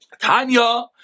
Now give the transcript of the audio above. Tanya